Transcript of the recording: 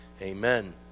Amen